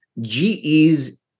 GE's